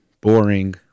boring